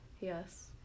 Yes